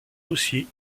aussi